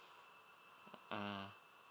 mm